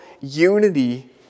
unity